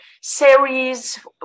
series